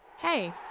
Hey